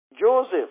Joseph